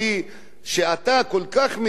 שאתה כל כך מתנגד לו,